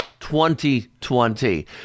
2020